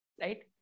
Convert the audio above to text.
right